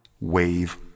wave